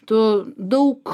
tu daug